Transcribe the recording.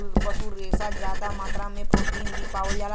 पशु रेसा में जादा मात्रा में प्रोटीन भी पावल जाला